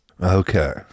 Okay